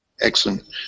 Excellent